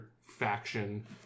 faction